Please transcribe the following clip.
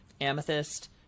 Amethyst